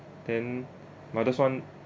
then mother's one